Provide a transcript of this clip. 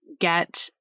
get